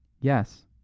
Yes